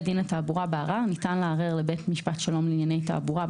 דין לתעבורה בערר ניתן לערער לבית משפט שלום לענייני תעבורה,